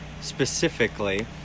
specifically